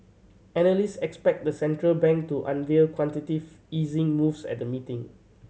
analyst expect the central bank to unveil quantitative easing moves at the meeting